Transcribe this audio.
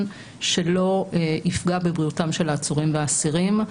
שלא יפגע בבריאותם של העצורים והאסירים.